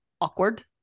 awkward